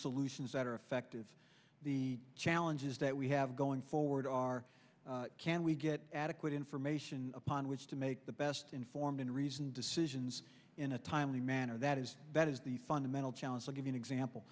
solutions that are effective the challenges that we have going forward are can we get adequate information upon which to make the best informed and reasoned decisions in a timely manner that is that is the fundamental challenge i give an example